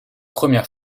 première